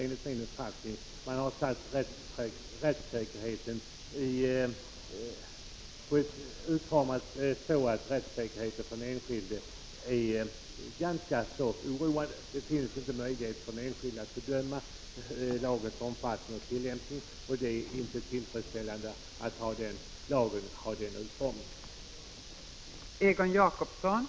Enligt min uppfattning har man därvid utformat lagen så att rättssäkerheten för den enskilde är hotad. Det finns nu inte möjlighet för den enskilde att bedöma lagens omfattning och tillämpning. Den utformningen av lagen är inte tillfredsställande.